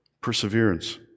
perseverance